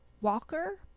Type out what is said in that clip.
Walker